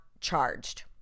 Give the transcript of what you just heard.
charged